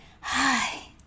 Hi